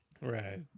Right